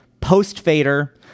post-fader